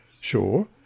Sure